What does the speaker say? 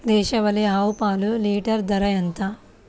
దేశవాలీ ఆవు పాలు లీటరు ధర ఎంత?